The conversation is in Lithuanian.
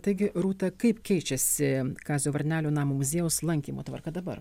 taigi rūta kaip keičiasi kazio varnelio namų muziejaus lankymo tvarka dabar